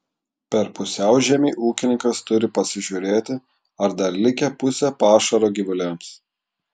per pusiaužiemį ūkininkas turi pasižiūrėti ar dar likę pusė pašaro gyvuliams